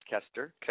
Kester